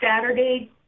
Saturday